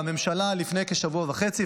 בממשלה לפני כשבוע וחצי,